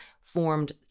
formed